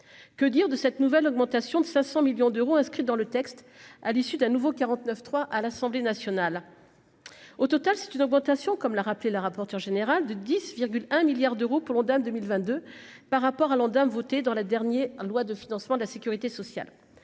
que dire de cette nouvelle augmentation de 500 millions d'euros inscrite dans le texte à l'issue d'un nouveau 49 3 à l'Assemblée nationale, au total, c'est une augmentation, comme l'a rappelé la rapporteure générale de 10,1 milliards d'euros pour l'Ondam 2022 par rapport à l'Ondam voté dans la dernier loi de financement de la Sécurité sociale,